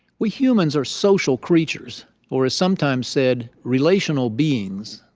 we humans are social creatures or, as sometimes said, relational beings.